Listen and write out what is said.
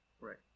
right